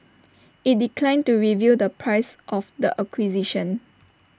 IT declined to reveal the price of the acquisition